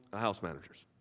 the house managers.